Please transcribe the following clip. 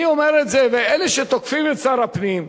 אני אומר את זה לאלה שתוקפים את שר הפנים,